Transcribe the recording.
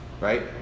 Right